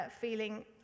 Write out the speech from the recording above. feeling